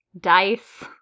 dice